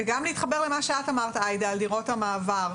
וגם להתחבר למה שאת אמרת עאידה, על דירות המעבר.